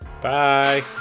bye